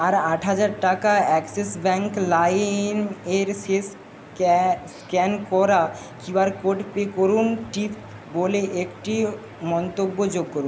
আর আট হাজার টাকা অ্যাক্সিস ব্যাঙ্ক লাইন এর শেষ ক্যা স্ক্যান করা কিউআর কোড পে করুন টিপ বলে একটি মন্তব্য যোগ করুন